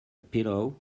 pillow